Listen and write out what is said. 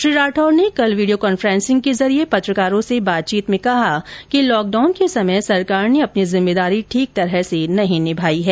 श्री राठौड ने कल video conferencing के जरिये पत्रकारों से बातचीत में कहा कि लॉकडाडन के समय सरकार ने अपनी जिम्मेदारी ठीक प्रकार से नहीं निभाई है